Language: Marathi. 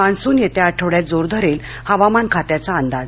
मान्सून येत्या आठवड्यात जोर धरेल हवामान खात्याचा अंदाज